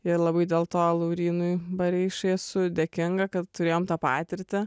ir labai dėl to laurynui bareišai esu dėkinga kad turėjom tą patirtį